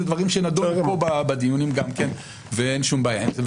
זה דברים שנדונו פה בדיונים גם כן ואין שום בעיה עם זה,